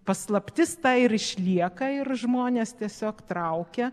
paslaptis ta ir išlieka ir žmones tiesiog traukia